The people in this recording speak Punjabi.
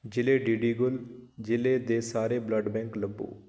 ਜ਼ਿਲ੍ਹੇ ਡੀਡੀਗੁਲ ਜ਼ਿਲ੍ਹੇ ਦੇ ਸਾਰੇ ਬਲੱਡ ਬੈਂਕ ਲੱਭੋ